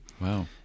Wow